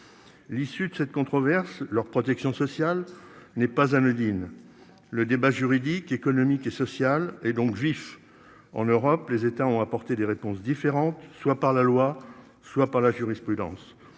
L'issue de cette controverse leur protection sociale n'est pas anodine. Le débat juridique, économique et social et donc vif en Europe, les États ont apporté des réponses différentes, soit par la loi, soit par la jurisprudence.